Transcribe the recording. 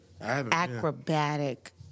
acrobatic